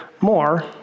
more